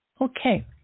Okay